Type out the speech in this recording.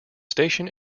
station